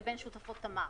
לבין שותפות תמר.